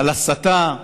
על הסתה,